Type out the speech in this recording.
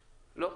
לא,